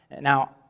Now